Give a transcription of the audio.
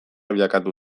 bilakatu